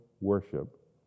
worship